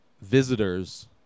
visitors